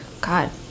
God